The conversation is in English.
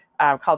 called